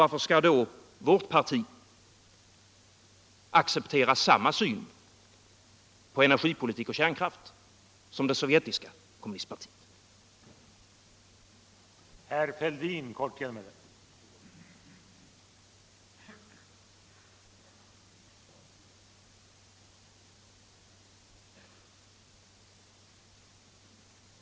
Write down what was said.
Varför skall då vårt parti acceptera samma syn på energipolitik och kärnkraft som det sovjetiska kommunistpartiet.